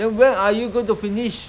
and when are you going to finish